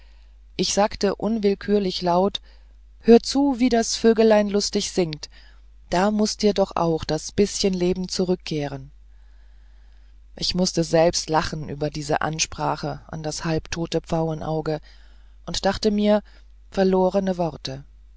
ich sagte unwillkürlich laut hör zu wie das vöglein lustig singt da muß dir doch auch das bißchen leben zurückkehren ich mußte selbst lachen über diese ansprache an das halbtote pfauenauge und dachte mir verlorene worte